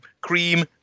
cream